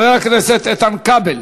חבר הכנסת איתן כבל.